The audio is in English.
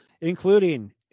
Including